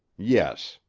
yes.